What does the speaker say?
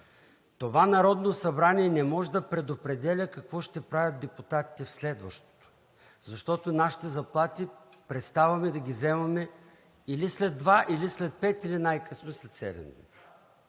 това Народно събрание не може да предопределя какво ще правят депутатите в следващото, защото нашите заплати преставаме да ги вземаме или след два, или след пет, или най-късно след седем